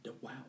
Wow